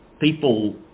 people